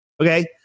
Okay